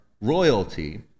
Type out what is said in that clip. royalty